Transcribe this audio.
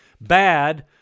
Bad